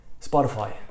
Spotify